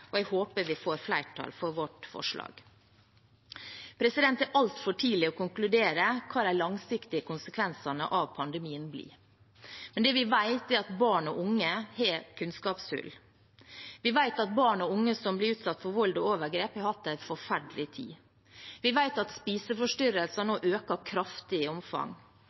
og jeg håper vi får flertall for vårt forslag. Det er altfor tidlig å konkludere med hva de langsiktige konsekvensene av pandemien blir. Men det vi vet, er at barn og unge er et kunnskapshull. Vi vet at barn og unge som blir utsatt for vold og overgrep, har hatt en forferdelig tid. Vi vet at spiseforstyrrelser nå øker kraftig i omfang.